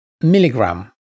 milligram